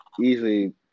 easily